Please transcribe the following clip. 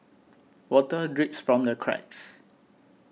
water drips from the cracks